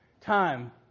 time